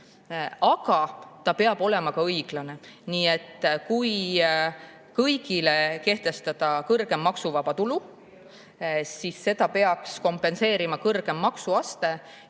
Aga süsteem peab olema ka õiglane. Nii et kui kõigile kehtestada kõrgem maksuvaba tulu määr, siis seda peaks kompenseerima kõrgem maksuaste.